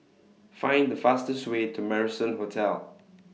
Find The fastest Way to Marrison Hotel